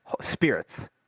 spirits